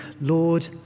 Lord